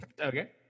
okay